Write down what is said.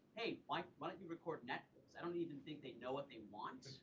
hey, why why don't you record netflix. i don't even think they know what they want.